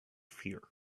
fear